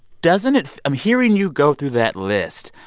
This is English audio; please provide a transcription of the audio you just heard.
doesn't it i'm hearing you go through that list.